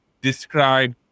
describe